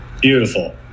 Beautiful